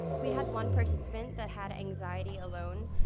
we had one participant that had anxiety alone.